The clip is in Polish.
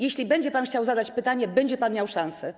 Jeśli będzie pan chciał zadać pytanie, będzie pan miał szansę.